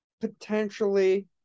Potentially